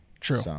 True